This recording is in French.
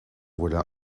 voilà